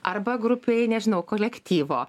arba grupei nežinau kolektyvo